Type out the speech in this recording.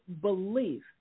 belief